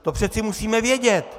To přece musíme vědět.